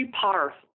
powerful